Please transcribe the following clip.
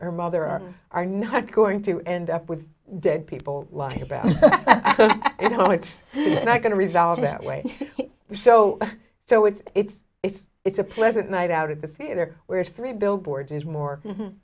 well there are are not going to end up with dead people lying about you know it's not going to resolve that way so so it's it's it's it's a pleasant night out of the theatre where it's three billboards is more